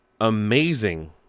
amazing